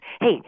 Hey